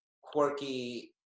quirky